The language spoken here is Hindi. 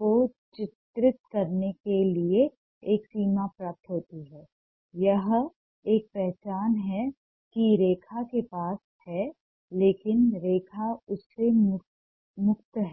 को चित्रित करने के लिए एक सीमा प्राप्त होती है यह एक पहचान है कि रेखा के पास है लेकिन रेखा उससे मुक्त है